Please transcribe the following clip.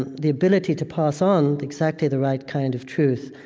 and the ability to pass on exactly the right kind of truth,